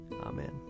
Amen